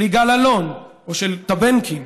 של יגאל אלון או של טבנקין?